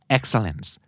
Excellence